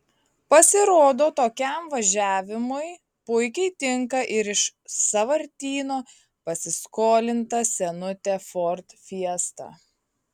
pasirodo tokiam važiavimui puikiai tinka ir iš sąvartyno pasiskolinta senutė ford fiesta